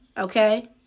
Okay